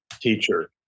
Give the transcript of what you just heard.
teacher